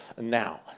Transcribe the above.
now